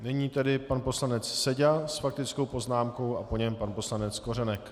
Nyní tedy pan poslanec Seďa s faktickou poznámkou a po něm pan poslanec Kořenek.